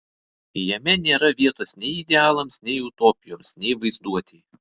jame nėra vietos nei idealams nei utopijoms nei vaizduotei